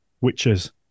witches